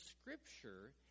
Scripture